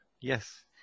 yes